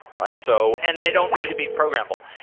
right? so and they don't need to be programmable.